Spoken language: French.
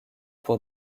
pour